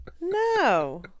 No